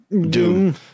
Doom